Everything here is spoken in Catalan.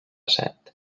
set